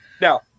Now